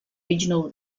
regional